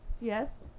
Yes